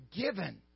given